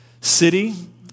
city